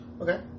Okay